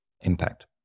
impact